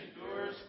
endures